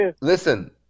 listen